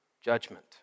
judgment